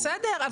בסדר,